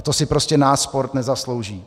To si prostě náš sport nezaslouží.